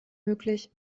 möglich